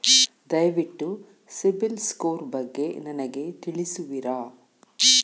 ದಯವಿಟ್ಟು CIBIL score ಬಗ್ಗೆ ನನಗೆ ತಿಳಿಸುವಿರಾ?